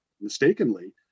mistakenly